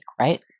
right